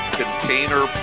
container